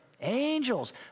Angels